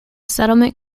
settlement